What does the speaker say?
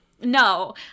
No